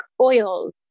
oils